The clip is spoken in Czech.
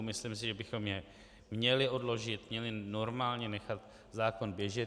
Myslím si, že bychom jej měli odložit, měli normálně nechat zákon běžet.